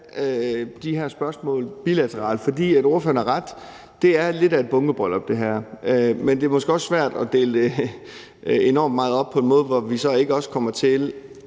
de her spørgsmål bilateralt, for ordføreren har ret i, at det her er lidt af et bunkebryllup. Men det er måske også svært at dele det enormt meget op på en måde, hvor vi så ikke også kommer til